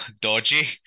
dodgy